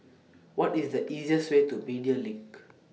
What IS The easiest Way to Media LINK